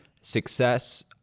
success